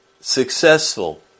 successful